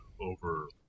over